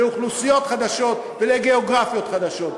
לאוכלוסיות חדשות ולגיאוגרפיות חדשות.